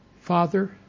Father